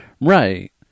Right